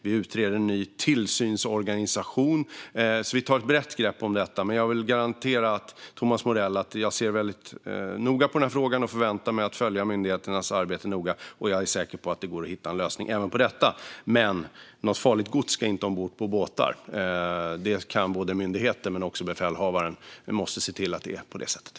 Vi utreder en ny tillsynsorganisation. Vi tar alltså ett brett grepp om detta. Jag vill garantera Thomas Morell att vi ser noga på den här frågan och följer myndigheternas arbete noga. Jag är säker på att det går att hitta en lösning även på detta. Men något farligt gods ska inte ombord på båtar - det kan och ska både myndigheter och befälhavare se till.